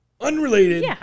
unrelated